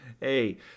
Hey